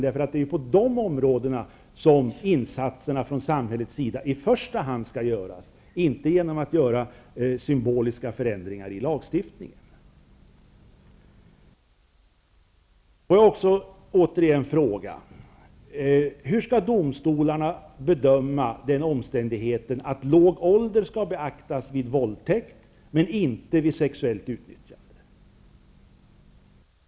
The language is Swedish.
Det är på de områdena som insatserna från samhällets sida i första hand skall göras, inte genom att göra symboliska förändringar i lagstiftningen. Får jag återigen fråga: Hur skall domstolarna bedöma den omständigheten att låg ålder skall beaktas vid våldtäkt men inte vid sexuellt utnyttjande?